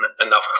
enough